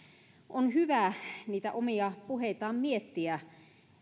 on hyvä omia puheitaan miettiä